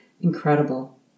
Incredible